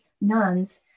nuns